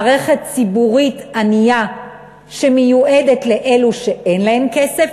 מערכת ציבורית ענייה שמיועדת לאלה שאין להם כסף,